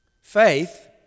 Faith